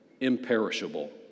imperishable